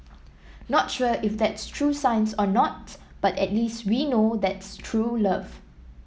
not sure if that's true science or not but at least we know that's true love